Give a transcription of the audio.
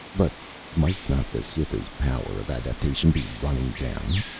but might not the cytha's power of adaptation be running down?